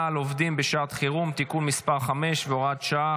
על עובדים בשעת חירום (תיקון מס' 5 והוראת שעה,